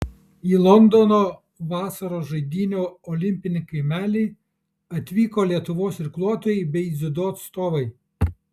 į londono vasaros žaidynių olimpinį kaimelį atvyko lietuvos irkluotojai bei dziudo atstovai